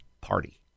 party